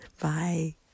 bye